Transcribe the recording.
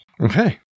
Okay